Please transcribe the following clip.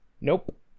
Nope